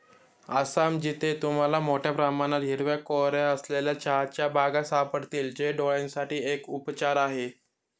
आसाम, जिथे तुम्हाला मोठया प्रमाणात हिरव्या कोऱ्या असलेल्या चहाच्या बागा सापडतील, जे डोळयांसाठी एक उपचार आहे